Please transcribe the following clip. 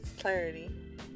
clarity